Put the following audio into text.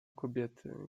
kobiety